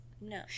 no